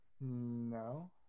No